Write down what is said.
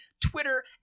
Twitter